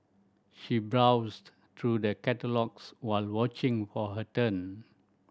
she browsed through the catalogues while watching for her turn